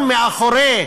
מאחורי